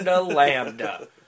Lambda